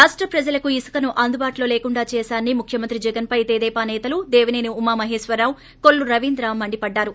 రాష్ట ప్రజలకు ఇసుకను అందుబాటులో లేకుండా చేశారని ముఖ్యమంత్రి జగన్పై తెదేపా సేతలు దేవిసేని ఉమా మహేశ్వరరావు కొల్లు రవీంద్ర మండిపడ్లారు